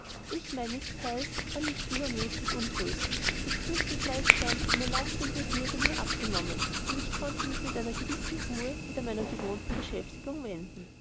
ich meines theils war nicht übermäßig untröstlich ich fühlte gleichsam eine lastende bürde mir abgenommen und ich konnte mich mit einer gewissen ruhe wieder zu meiner gewohnten beschäftigung wenden